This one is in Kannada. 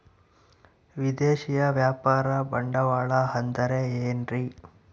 ವಿದೇಶಿಯ ವ್ಯಾಪಾರ ಬಂಡವಾಳ ಅಂದರೆ ಏನ್ರಿ?